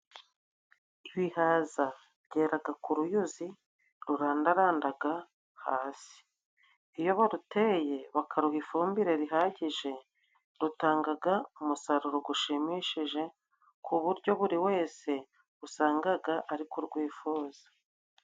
Ibihaza byeraga ku ruyuzi rurandarandaga hasi. Iyo baruteye bakaruha ifumbire rihagije rutangaga umusaruro gushimishije, ku buryo buri wese usangaga ari ku rwifuza.